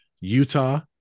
Utah